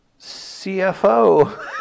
CFO